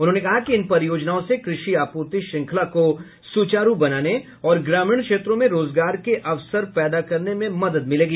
उन्होंने कहा कि इन परियोजनाओं से कृषि आपूर्ति श्रंखला को सुचारू बनाने और ग्रामीण क्षेत्रों में रोजगार के अवसर पैदा करने में मदद मिलेगी